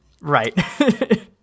right